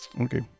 okay